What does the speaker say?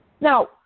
Now